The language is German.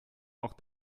auch